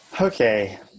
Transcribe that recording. Okay